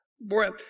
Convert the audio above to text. breath